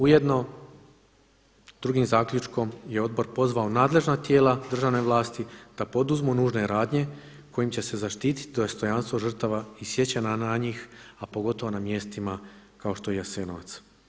Ujedno drugim zaključkom je odbor pozvao nadležna tijela državne vlasti da poduzmu nužne radnje kojim će se zaštiti dostojanstvo žrtava i sjećanja na njih a pogotovo na mjestima kao što je Jasenovac.